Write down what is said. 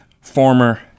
former